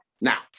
Now